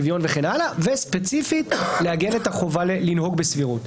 שוויון וכן הלאה וספציפית לעגן את החובה לנהוג בסבירות.